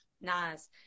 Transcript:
Nice